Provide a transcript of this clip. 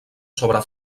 sobre